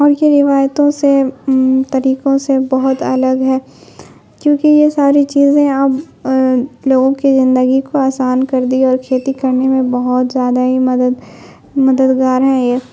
اور یہ روایتوں سے طریقوں سے بہت الگ ہے کیونکہ یہ ساری چیزیں اب لوگوں کی زندگی کو آسان کر دی اور کھیتی کرنے میں بہت زیادہ ہی مدد مددگار ہیں یہ